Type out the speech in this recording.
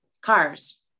cars